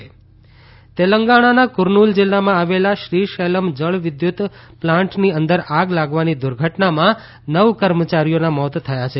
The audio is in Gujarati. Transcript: તેલંગણા આગ તેલંગાણાના કુર્નલ જિલ્લામાં આવેલા શ્રીશૈલમ જળવિદ્યત પ્લાન્ટની અંદર આગ લાગવાની દુર્ધટનામાં નવ કર્મચારીઓના મોત થયા છે